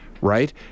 Right